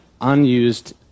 unused